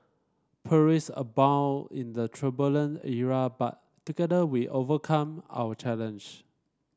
perils abound in that turbulent era but together we overcame our challenge